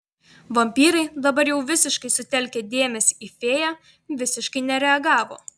vampyrai dabar jau visiškai sutelkę dėmesį į fėją visiškai nereagavo